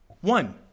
One